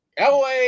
LA